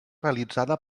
realitzada